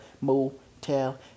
motel